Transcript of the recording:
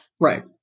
right